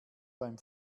beim